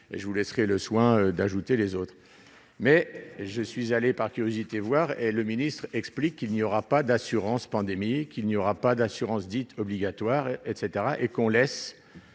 je vous laisserai le soin d'ajouter les autres mais je suis allé par curiosité, voire et le ministre explique qu'il n'y aura pas d'assurance pandémie qu'il n'y aura pas d'assurance dites obligatoires, etc